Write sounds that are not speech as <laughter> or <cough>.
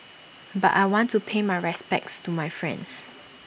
<noise> but I want to pay my respects to my friends